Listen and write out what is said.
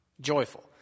joyful